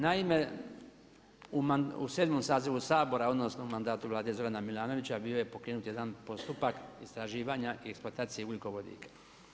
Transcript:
Naime, u sedmom sazivu Sabora odnosno mandatu Zorana Milanovića bio je pokrenut jedan postupak istraživanja i eksploataciju ugljikovodika.